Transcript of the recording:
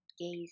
Gaze